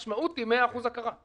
המשמעות היא 100% הכרה.